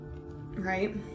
right